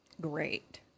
Great